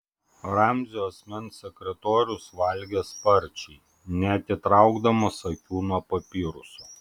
ramzio asmens sekretorius valgė sparčiai neatitraukdamas akių nuo papiruso